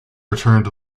returned